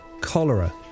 cholera